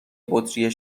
بطری